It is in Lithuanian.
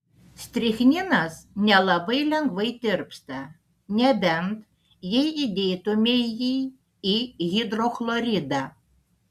strichninas nelabai lengvai tirpsta nebent jei įdėtumei jį į hidrochloridą